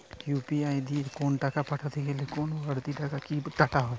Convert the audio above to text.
UPI দিয়ে কোন টাকা পাঠাতে গেলে কোন বারতি টাকা কি কাটা হয়?